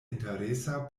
interesa